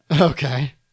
Okay